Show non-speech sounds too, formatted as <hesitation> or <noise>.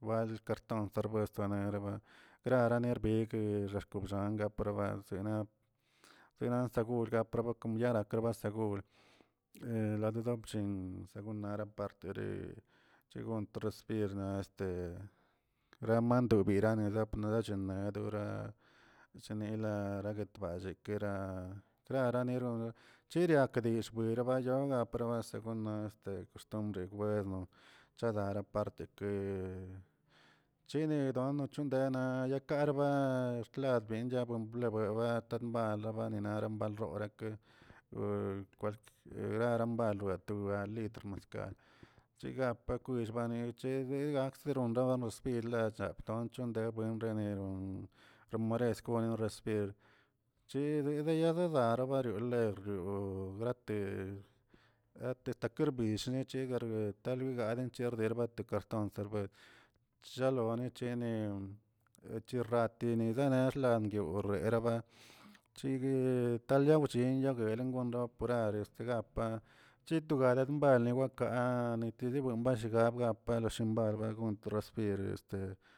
bal karton sarbas saneraba krarane nerbigꞌ xexaxk kambrangabigꞌ balzenaprə sena segrgap wakron yarakba segur he lada dopchin según nara partedi según trorecibirna este ranmando bira benchemedo chinilaa ratballee keraa knarari nor yirakdillꞌ kwibala yonga promes kona este koxtumbre chadara parte ke chini chondo nuchena yaklarba xtachbin xtanda beblebabe tamblababa nara balrore <hesitation> rarabal kwalquiera yitr mazkal chigapa kollbani guchezega teronraba recibirne rapdonch chundenwe peron morest buen recibir chi yiydidaa bario lergə por grate grate starbich chegurcgue taa gadelan cherbuentar de karton serbes chalone chene chirratini nexlangdioꞌeraba chitalagden lengono puerar segapa chituga mbali ka nitigui buenbashiba buen panashingale gontrasfir ese.